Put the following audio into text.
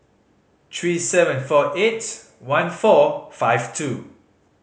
three seven four eight one four five two